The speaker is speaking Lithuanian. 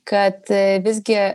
kad visgi